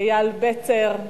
אייל בצר,